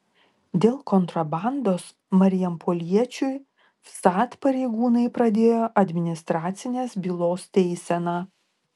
dėl kontrabandos marijampoliečiui vsat pareigūnai pradėjo administracinės bylos teiseną